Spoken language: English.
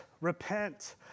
repent